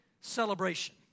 celebration